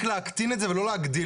וגם הרבה דברים נוספים.